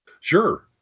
Sure